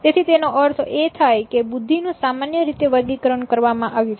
તેથી તેનો અર્થ એ થાય છે કે બુદ્ધિ નું સામાન્ય રીતે વર્ગીકરણ કરવામાં આવ્યું છે